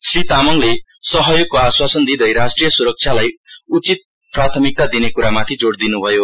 श्री तामाङले सहयोगको आश्वासन दिँदै राष्ट्रिय सुरक्षालाई उच्च प्राथमिकता दिने कुरामाथि जोड़ दिन्भयो